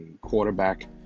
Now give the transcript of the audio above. quarterback